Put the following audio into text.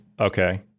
Okay